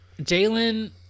Jalen